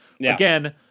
Again